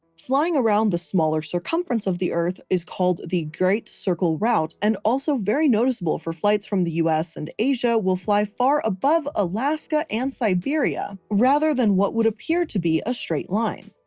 flying around the smaller circumference of the earth is called the great circle route and also very noticeable for flights from the us and asia will fly far above alaska and siberia rather than what would appear to be a straight line.